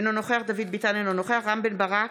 אינו נוכח דוד ביטן, אינו נוכח רם בן ברק,